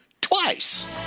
Twice